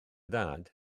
dad